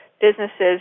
businesses